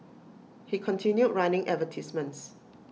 he continued running advertisements